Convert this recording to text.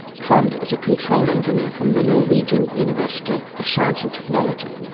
trond is a control engineer from the norwegian university of science and technology,